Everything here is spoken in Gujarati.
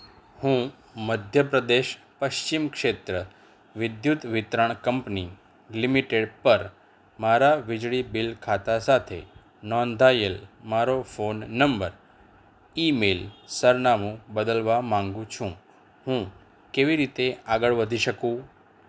હું મધ્યપ્રદેશ પશ્ચિમ ક્ષેત્ર વિદ્યુત વિતરણ કંપની લિમિટેડ પર મારા વીજળી બિલ ખાતા સાથે નોંધાયેલ મારો ફોન નંબર ઇમેઇલ સરનામું બદલવા માંગુ છું હું કેવી રીતે આગળ વધી શકું